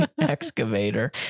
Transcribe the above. excavator